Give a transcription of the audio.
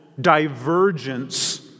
divergence